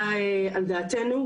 אנחנו בוחנים את זה בימים האלה,